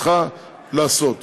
צריכה לעשות.